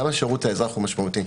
גם השירות לאזרח הוא משמעותי.